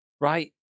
Right